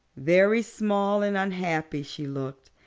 very small and unhappy she looked,